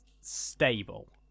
stable